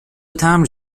تمبر